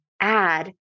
add